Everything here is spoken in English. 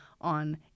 on